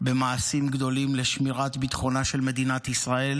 במעשים גדולים לשמירת ביטחונה של מדינת ישראל